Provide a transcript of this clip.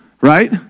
right